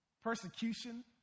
persecution